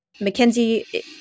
Mackenzie